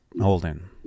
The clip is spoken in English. holding